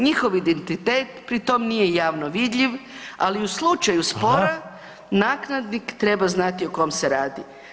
Njihov identitet pri tome nije javno viljiv, ali u slučaju spora nakladnik treba znati o kome se radi.